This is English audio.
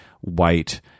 white